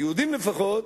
היהודים לפחות,